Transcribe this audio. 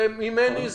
ממני,